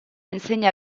insegna